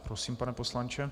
Prosím, pane poslanče.